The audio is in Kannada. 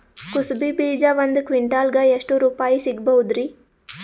ಕುಸಬಿ ಬೀಜ ಒಂದ್ ಕ್ವಿಂಟಾಲ್ ಗೆ ಎಷ್ಟುರುಪಾಯಿ ಸಿಗಬಹುದುರೀ?